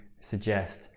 suggest